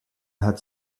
had